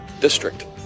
district